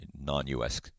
non-U.S